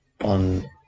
on